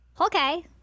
Okay